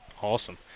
awesome